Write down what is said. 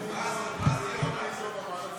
ואז תהיה רוטציה.